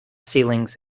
ceilings